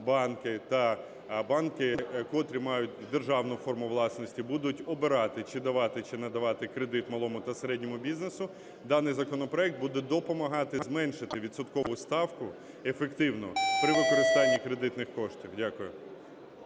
банки та банки, котрі мають державну форму власності, будуть обирати чи давати, чи не давати кредит малому та середньому бізнесу. Даний законопроект буде допомагати зменшити відсоткову ставку ефективно при використанні кредитних коштів. Дякую.